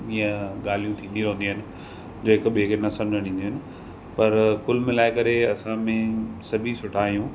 ईअं ॻाल्हियूं थींदियूं रहंदियूं आहिनि जो हिक ॿिए खे न सम्झणि ईंदियूं आहिनि पर कुल मिलाए करे असांमें सभई सुठा आहियूं